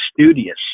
studious